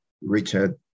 Richard